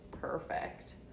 Perfect